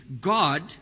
God